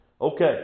Okay